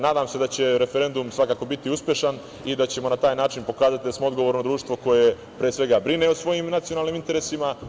Nadam se da će referendum svakako biti uspešan i da ćemo na taj način pokazati da smo odgovorno društvo koje, pre svega, brine o svojim nacionalnim interesima.